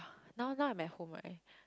now now at my home right